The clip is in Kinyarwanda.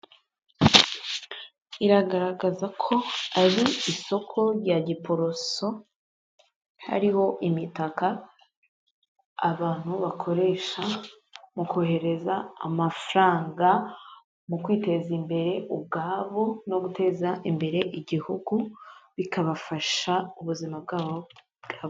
Iragaragaza ko ari isoko rya Giporoso. Hariho imitaka abantu bakoresha mu kohereza amafaranga, mu kwiteza imbere ubwabo no guteza imbere igihugu, bikabafasha ubuzima bwabo